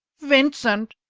vincent!